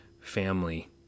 family